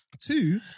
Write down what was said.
Two